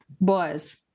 Boys